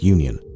Union